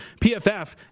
PFF